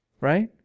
Right